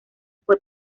fue